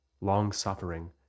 long-suffering